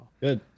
Good